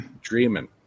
dreaming